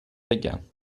بگم